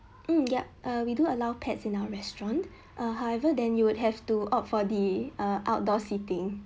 mm yup err we do allow pets in our restaurant err however then you would have to opt for the err outdoor seating